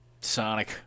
Sonic